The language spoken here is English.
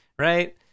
Right